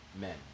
men